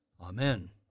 Amen